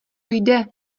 jde